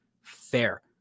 fair